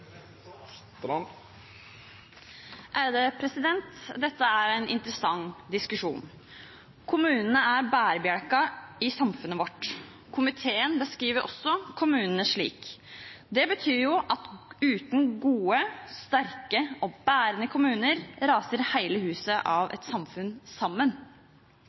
Dette er en interessant diskusjon. Kommunene er bærebjelken i samfunnet vårt. Komiteen beskriver også kommunene slik. Det betyr at uten gode, sterke og bærende kommuner raser hele huset av et samfunn sammen.